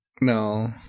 No